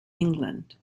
england